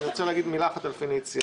אני רוצה להגיד מילה אחת על פניציה.